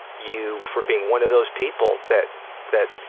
you for being one of those people that that